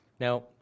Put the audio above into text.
Now